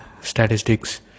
Statistics